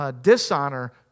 dishonor